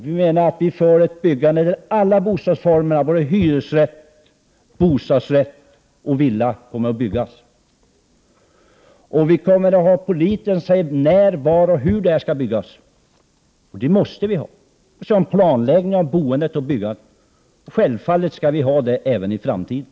Vår politik innebär att alla bostadsformer — hyresrätt, bostadsrätt och villa — kommer att byggas. Vi kommer att föreslå när, var och hur detta skall byggas. Vi måste ha en plan för boendet och byggandet, och självfallet skall vi ha det även i framtiden.